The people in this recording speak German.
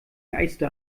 geiste